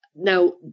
Now